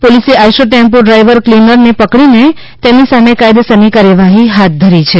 પોલિસે Eicher tempo driver ક્લિનરને પકડીને તેમની સામે કાયદેસર ની કાર્યવાહી હાથ ધરી છે